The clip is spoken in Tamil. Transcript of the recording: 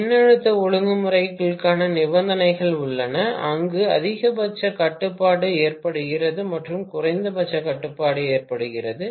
மின்னழுத்த ஒழுங்குமுறைகளுக்கான நிபந்தனைகள் உள்ளன அங்கு அதிகபட்ச கட்டுப்பாடு ஏற்படுகிறது மற்றும் குறைந்தபட்ச கட்டுப்பாடு ஏற்படுகிறது